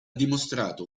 dimostrato